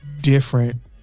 different